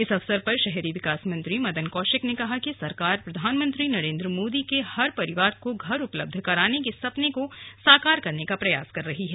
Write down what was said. इस अवसर पर शहरी विकास मंत्री मदन कौशिक ने कहा कि सरकार प्रधानमंत्री नरेन्द्र मोदी के हर परिवार को घर उपलब्ध कराने के सपनें को साकार करने का प्रयास कर रही है